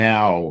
Now